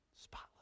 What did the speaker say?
spotless